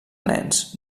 nens